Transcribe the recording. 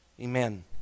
Amen